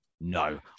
No